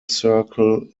circle